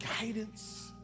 guidance